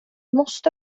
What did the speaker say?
måste